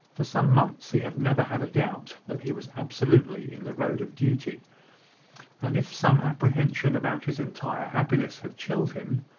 for some months, he had never had a doubt that he was absolutely in the road of duty and, if some apprehension about his entire happiness had chilled him,